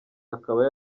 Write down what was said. akaba